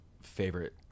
favorite